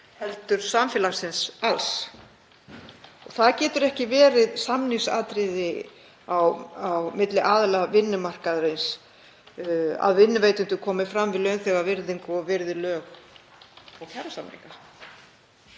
heldur samfélagsins alls. Það getur ekki verið samningsatriði á milli aðila vinnumarkaðarins að vinnuveitendur komi fram við launþega af virðingu og virði lög og kjarasamninga.